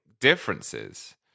differences